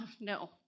No